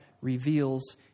reveals